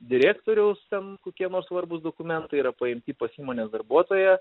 direktoriaus ten kokie nors svarbūs dokumentai yra paimti pas įmonės darbuotoją